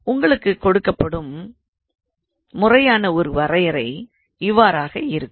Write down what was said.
உங்களுக்கு கொடுக்கப்படும் முறையான ஒரு வரையறை இவ்வாறாக இருக்கும்